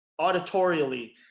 auditorially